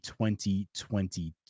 2020